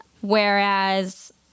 whereas